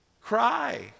cry